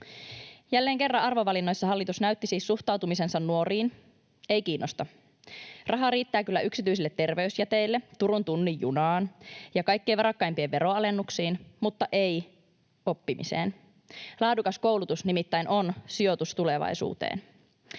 Jälleen kerran arvovalinnoissa hallitus näytti siis suhtautumisensa nuoriin: ei kiinnosta. Rahaa riittää kyllä yksityisille terveysjäteille, Turun tunnin junaan ja kaikkein varakkaimpien veronalennuksiin, mutta ei oppimiseen. Laadukas koulutus nimittäin on sijoitus tulevaisuuteen.